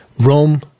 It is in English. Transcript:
Rome